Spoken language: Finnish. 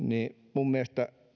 minun mielestäni